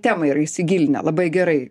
temą yra įsigilinę labai gerai